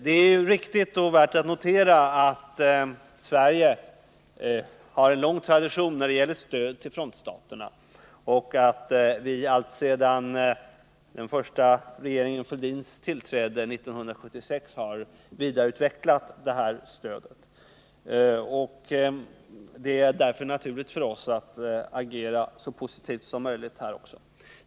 Det är riktigt och värt att notera att Sverige har en lång tradition när det gäller stöd till frontstaterna och att vi alltsedan den första regeringen Fälldins tillträde 1976 har vidareutvecklat detta stöd. Det är därför naturligt för oss att agera så positivt som möjligt också här.